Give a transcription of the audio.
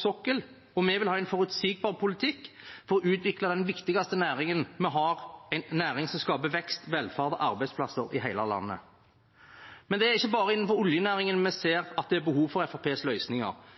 sokkel i Nordsjøen, og vi vil ha en forutsigbar politikk for å utvikle den viktigste næringen vi har, en næring som skaper vekst, velferd og arbeidsplasser i hele landet. Men det er ikke bare innenfor oljenæringen vi ser at det er behov for Fremskrittspartiets løsninger.